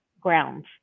grounds